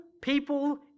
people